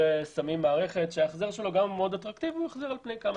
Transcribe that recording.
ושמים מערכת שגם אם ההחזר שלה הוא אטרקטיבי הוא על פני כמה